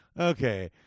Okay